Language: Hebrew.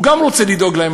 הוא רוצה גם לדאוג להם,